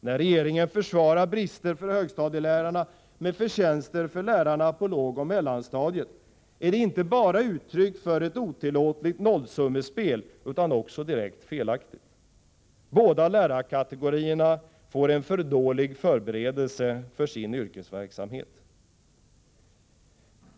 När regeringen försvarar brister för högstadielärarna med förtjänster för lärarna på lågoch mellanstadiet är det inte bara uttryck för ett otillåtligt nollsummespel utan också direkt felaktigt. Båda lärarkategorierna får en för dålig förberedelse för sin yrkesverksamhet.